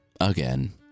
again